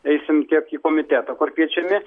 eisim tiek į komitetą kur kviečiami